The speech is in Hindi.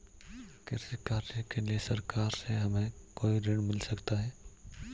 कृषि कार्य के लिए सरकार से हमें कोई ऋण मिल सकता है?